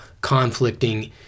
conflicting